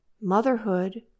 motherhood